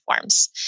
forms